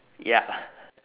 ya